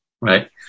right